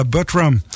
Buttram